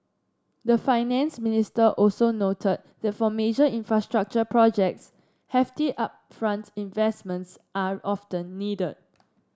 the finance minister also noted that for major infrastructure projects hefty upfront investments are often needed